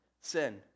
sin